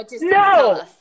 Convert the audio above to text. No